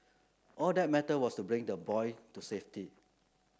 all that mattered was to bring the boy to safety